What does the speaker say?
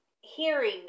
hearing